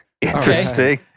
Interesting